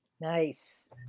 Nice